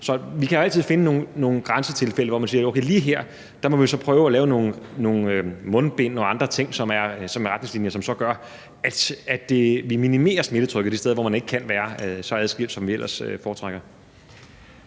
Så vi kan altid finde nogle grænsetilfælde, hvor man siger, at lige her må vi så prøve at bruge nogle mundbind og andre ting, som er retningslinjer, og som så gør, at vi minimerer smittetrykket de steder, hvor man ikke kan være så adskilt, som vi ellers foretrækker.